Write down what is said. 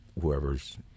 whoever's